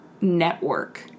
network